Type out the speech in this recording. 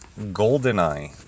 Goldeneye